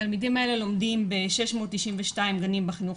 התלמידים האלה לומדים ב-692 גנים בחינוך